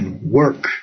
work